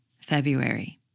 February